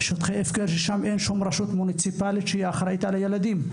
שטחי הפקר ששם אין שום רשות מוניציפלית שאחראית על הילדים.